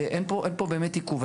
אין פה באמת עיכוב.